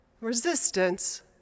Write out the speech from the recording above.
resistance